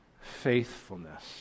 faithfulness